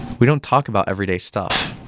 we don't talk about everyday stuff.